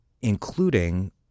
including